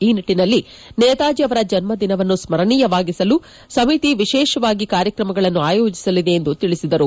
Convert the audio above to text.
ಈ ನಿಟ್ಟನಲ್ಲಿ ನೇತಾಜಿ ಅವರ ಜನ್ನದಿನವನ್ನು ಸ್ತರಣೀಯವಾಗಿಸಲು ಸಮಿತಿ ವಿಶೇಷವಾಗಿ ಕಾರ್ಯಕ್ರಮಗಳನ್ನು ಆಯೋಜಿಸಲಿದೆ ಎಂದು ತಿಳಿಸಿದರು